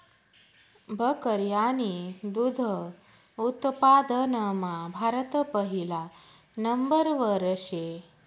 बकरी आणि दुध उत्पादनमा भारत पहिला नंबरवर शे